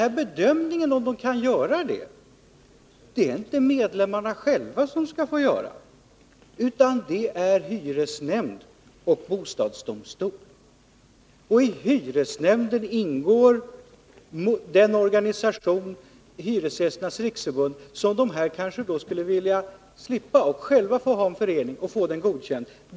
Bedömningen om man kan tillvarata dessa intressen skall inte medlemmarna själva få göra, utan hyresnämnd och bostadsdomstol. Och i hyresnämnden ingår den organisation — Hyresgästernas riksförbund — som de här människorna kanske skulle vilja slippa, när de själva vill ha en förening och få den godkänd.